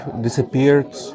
disappeared